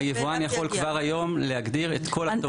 אני יכול כבר היום להגדיר את כל הכתובות,